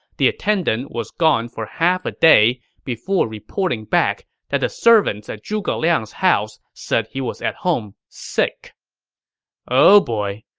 the attendant was gone for half a day before reporting back that the servants at zhuge liang's house said he was at home sick oh boy,